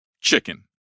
chicken